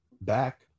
back